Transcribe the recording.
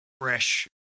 fresh